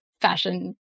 fashion